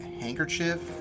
handkerchief